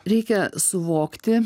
reikia suvokti